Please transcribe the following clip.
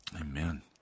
Amen